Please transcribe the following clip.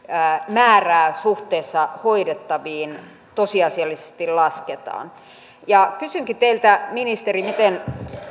määrää suhteessa hoidettaviin tosiasiallisesti lasketaan kysynkin teiltä ministeri miten